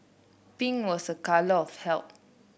pink was a colour of health